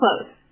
close